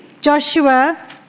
Joshua